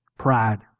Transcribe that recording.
Pride